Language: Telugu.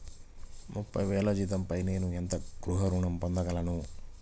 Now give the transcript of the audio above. ముప్పై వేల జీతంపై నేను ఎంత గృహ ఋణం పొందగలను?